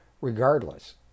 regardless